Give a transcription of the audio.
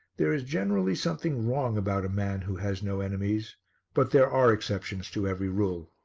there is generally something wrong about a man who has no enemies but there are exceptions to every rule.